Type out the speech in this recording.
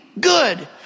good